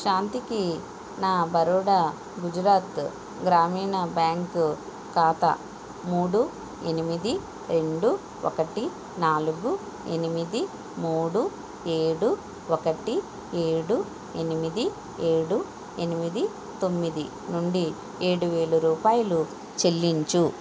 శాంతికి నా బరోడా గుజరాత్ గ్రామీణ బ్యాంక్ ఖాతా మూడు ఎనిమిది రెండు ఒకటి నాలుగు ఎనిమిది మూడు ఏడు ఒకటి ఏడు ఎనిమిది ఏడు ఎనిమిది తొమ్మిది నుండి ఏడువేల రూపాయలు చెల్లించు